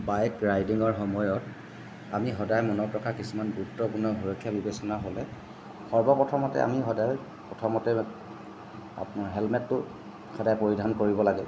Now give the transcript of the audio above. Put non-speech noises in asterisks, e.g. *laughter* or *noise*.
bike ৰাইডিঙৰ সময়ত আমি সদাই মনত ৰখা কিছুমান গুৰুত্বপূৰ্ণ সুৰক্ষা বিবেচনা হ'লে সৰ্বপ্ৰথমতে আমি সদাই প্ৰথমতে *unintelligible* হেলমেটটো সদাই পৰিধান কৰিব লাগে